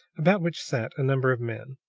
about which sat a number of men.